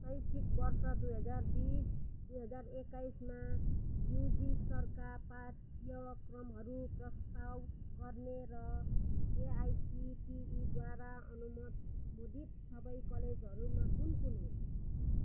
शैक्षिक वर्ष दुई हजार बिस दुई हजार एक्काइसमा युजी स्तरका पाठ्यक्रमहरू प्रस्ताव गर्ने र एआइसिटिईद्वारा अनुमोदित सबै कलेजहरू कुन कुन हुन्